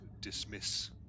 dismiss